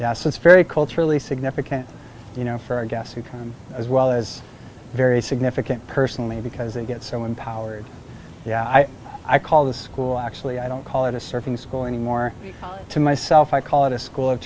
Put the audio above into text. so it's very culturally significant you know for our guests who come as well as very significant personally because they get so empowered yeah i call the school actually i don't call it a surfing school anymore to myself i call it a school of